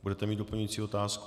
Budete mít doplňující otázku?